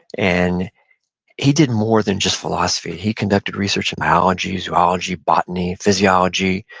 and he did more than just philosophy. he conducted research in biology, zoology, botany, physiology.